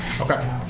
Okay